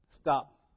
stop